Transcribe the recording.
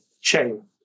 chain